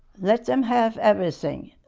let them have everything.